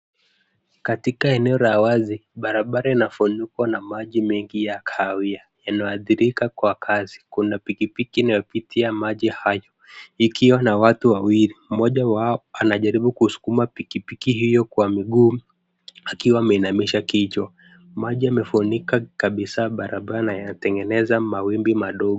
Katika eneo la wazi, barabara inafunikwa na maji mengi ya kahawia, yanayoathirika kwa kazi. Kuna pikipiki inapitia maji haya ikiwa na watu wawili, mmoja wao anajaribu kusukuma pikipiki hiyo kwa miguu akiwa ameinamisha kichwa. Maji yamefunika kabisa barabara na yanatengeneza mawimbi madogo.